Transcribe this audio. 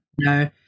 no